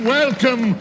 welcome